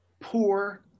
poor